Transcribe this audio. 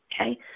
Okay